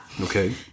Okay